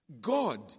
God